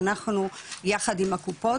אנחנו יחד עם הקופות,